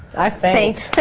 i faint.